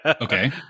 Okay